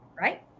right